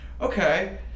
okay